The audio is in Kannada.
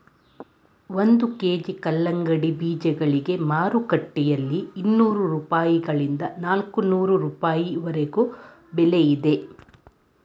ಒಂದು ಕೆ.ಜಿ ಕಲ್ಲಂಗಡಿ ಬೀಜಗಳಿಗೆ ಮಾರುಕಟ್ಟೆಯಲ್ಲಿ ಇನ್ನೂರು ರೂಪಾಯಿಗಳಿಂದ ನಾಲ್ಕನೂರು ರೂಪಾಯಿವರೆಗೆ ಬೆಲೆ ಇದೆ